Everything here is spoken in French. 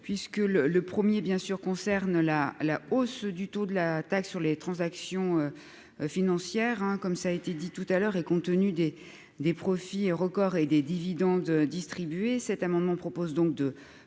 puisque le le premier bien sûr concerne la la hausse du taux de la taxe sur les transactions financières, hein, comme ça a été dit tout à l'heure, et compte tenu des des profits records et des dividendes distribués cet amendement propose donc de